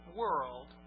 world